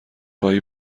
خواهی